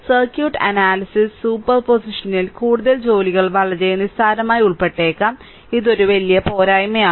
circuit analysis സൂപ്പർപോസിഷനിൽ കൂടുതൽ ജോലികൾ വളരെ നിസ്സാരമായി ഉൾപ്പെട്ടേക്കാം ഇത് ഒരു വലിയ പോരായ്മയാണ്